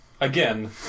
Again